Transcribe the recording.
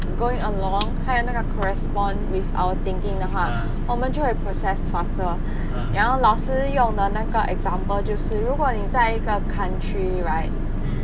going along 还有那个 correspond with our thinking 的话我们就会 process faster 然后老师用的那个 example 就是如果你在一个 country right